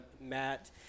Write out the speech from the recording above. Matt